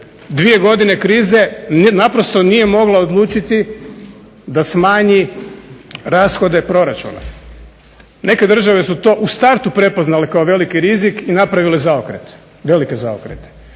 dvije godine krize naprosto nije mogla odlučiti da smanji rashode proračuna. Neke države su to u startu prepoznale kao veliki rizik i napravile zaokret, velike zaokrete.